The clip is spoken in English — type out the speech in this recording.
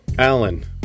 Alan